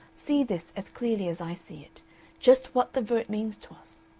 see this as clearly as i see it just what the vote means to us.